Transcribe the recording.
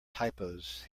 typos